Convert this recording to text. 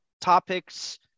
topics